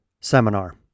seminar